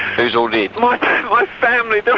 who's all dead? my family, they're